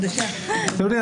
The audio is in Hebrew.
אתה יודע,